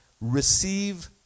Receive